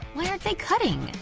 why aren't they cutting?